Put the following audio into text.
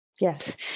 Yes